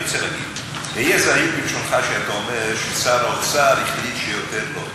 אני צריך להגיד: היה זהיר בלשונך כשאתה אומר ששר האוצר החליט שיותר לא.